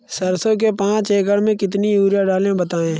सरसो के पाँच एकड़ में कितनी यूरिया डालें बताएं?